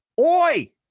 Oi